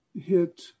hit